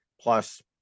plus